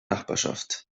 nachbarschaft